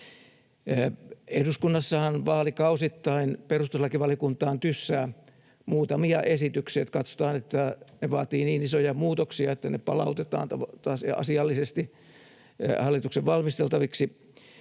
Eduskunnassahan vaalikausittain perustuslakivaliokuntaan tyssää muutamia esityksiä, eli katsotaan, että ne vaativat niin isoja muutoksia, että ne palautetaan asiallisesti hallituksen valmisteltaviksi,